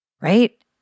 right